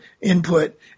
input